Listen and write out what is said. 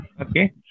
Okay